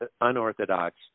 unorthodox